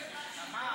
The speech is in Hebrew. התשע"ח 2018,